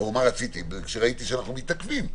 כשראיתי שאנחנו מתעכבים.